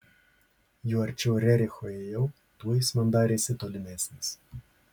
juo arčiau rericho ėjau tuo jis man darėsi tolimesnis